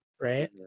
Right